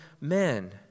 men